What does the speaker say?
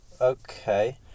Okay